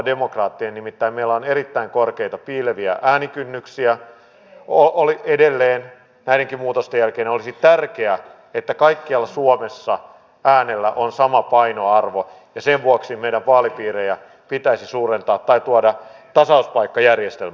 nimittäin meillä on erittäin korkeita piileviä äänikynnyksiä edelleen näidenkin muutosten jälkeen joten olisi tärkeää että kaikkialla suomessa äänellä on sama painoarvo ja sen vuoksi meidän vaalipiirejämme pitäisi suurentaa tai tuoda tasauspaikkajärjestelmä